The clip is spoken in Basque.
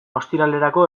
ostiralerako